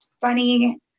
funny